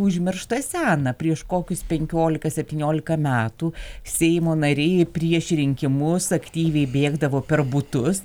užmiršta sena prieš kokius penkiolika septyniolika metų seimo nariai prieš rinkimus aktyviai bėgdavo per butus